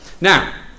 Now